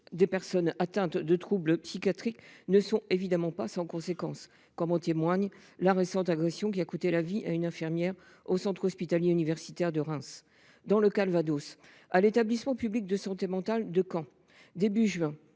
des personnes atteintes de troubles psychiatriques ne sont évidemment pas sans conséquence, comme en témoigne la récente agression qui a coûté la vie à une infirmière au centre hospitalier universitaire de Reims. Dans le Calvados, au début du mois de juin dernier, au sein